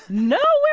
no. where